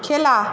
খেলা